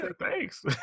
thanks